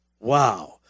Wow